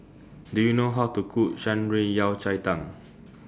Do YOU know How to Cook Shan Rui Yao Cai Tang